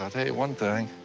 i'll tell you one thing,